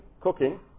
cooking